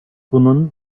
bunun